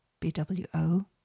BWO